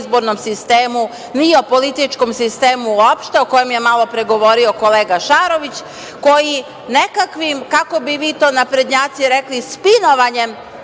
o izbornom sistemu, ni o političkom sistemu uopšte, o kojem je malopre govorio kolega Šarović, koji nekakvim, kako bi vi to naprednjaci rekli spinovanjem